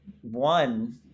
One